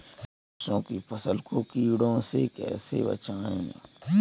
सरसों की फसल को कीड़ों से कैसे बचाएँ?